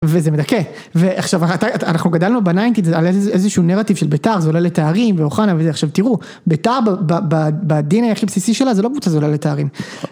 וזה מדכא, ועכשיו אתה, אנחנו גדלנו בניינטיס על איזשהו נרטיב של בית"ר, זוללת תארים ואוחנה וזה, עכשיו תראו, בית"ר ב-DNA הכי בסיסי שלה זה לא קבוצה זוללת תארים